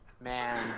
Man